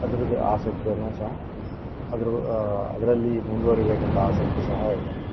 ಅದ್ರದ್ದು ಆಸಕ್ತಿಯನ್ನು ಸಹ ಅದ್ರ ಅದರಲ್ಲಿ ಮುಂದುವರಿಬೇಕಂತ ಆಸಕ್ತಿ ಸಹ ಇದೆ